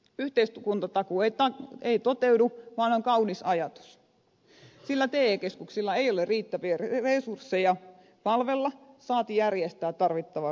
yhteiskuntatakuu ei toteudu vaan on vain kaunis ajatus sillä te keskuksilla ei ole riittäviä resursseja palvella saati järjestää tarvittavaa koulutusta